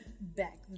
back